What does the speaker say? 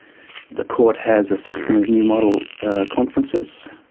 the court has a system of new model conferences.